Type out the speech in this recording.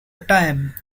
time